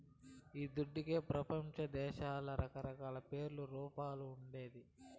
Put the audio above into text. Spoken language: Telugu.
ఈ దుడ్డుకే పెపంచదేశాల్ల రకరకాల పేర్లు, రూపాలు ఉండేది